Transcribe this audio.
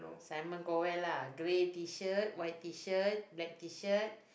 Simon-Cowell lah grey T-shirt white T-shirt black T-shirt